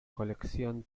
colección